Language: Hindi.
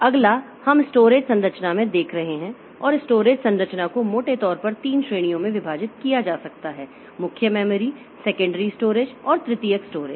अगला हम स्टोरेज संरचना में देख रहे हैं और स्टोरेज संरचना को मोटे तौर पर 3 श्रेणियों में विभाजित किया जा सकता है मुख्य मेमोरी सेकेंडरी स्टोरेज और तृतीयक स्टोरेज